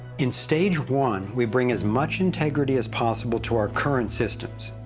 in stage one, we bring as much integrity as possible to our current systems.